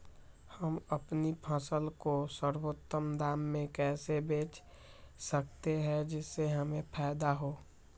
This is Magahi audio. हम अपनी फसल को सर्वोत्तम दाम में कैसे बेच सकते हैं जिससे हमें फायदा हो?